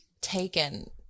taken